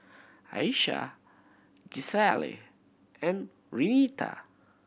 Ayesha Gisselle and Renita